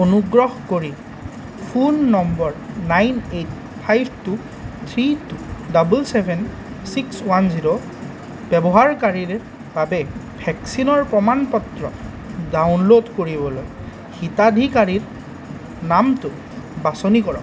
অনুগ্ৰহ কৰি phone number nine eight five two three two double seven six one জিৰোৰ ব্যৱহাৰকাৰীৰ বাবে ভেকচিনৰ প্ৰমাণ পত্ৰ ডাউনলোড কৰিবলৈ হিতাধিকাৰীৰ নামটো বাছনি কৰক